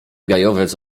gajowiec